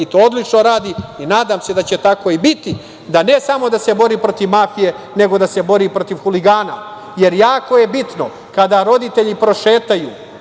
i to odlično radi i nadam se da će tako i biti, ne samo da se bori protiv mafije, nego da se bori protiv huligana. Jako je bitno kada roditelji prošetaju